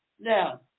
Now